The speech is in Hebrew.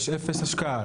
יש אפס השקעה.